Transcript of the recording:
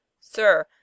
Sir